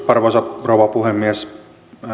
arvoisa rouva puhemies